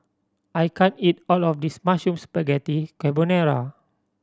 I can't eat all of this Mushroom Spaghetti Carbonara